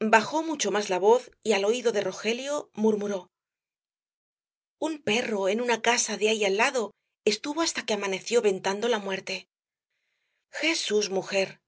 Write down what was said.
bajó mucho más la voz y al oído de rogelio murmuró un perro en una casa de ahí al lado estuvo hasta que amaneció ventando la muerte jesús mujer